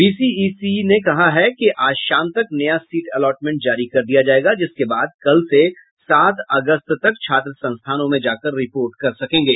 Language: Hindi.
बीसीईसीई ने कहा है कि आज शाम तक नया सीट एलॉटमेंट जारी कर दिया जायेगा जिसके बाद कल से सात अगस्त तक छात्र संस्थानों में जाकर रिपोर्ट कर सकेंगे